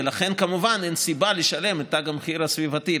לכן, כמובן, אין סיבה לשלם את תג המחיר הסביבתי.